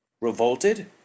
Revolted